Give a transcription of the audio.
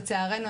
לצערנו,